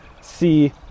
see